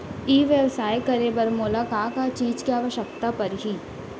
ई व्यवसाय करे बर मोला का का चीज के आवश्यकता परही?